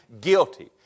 guilty